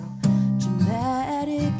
dramatic